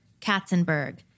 Katzenberg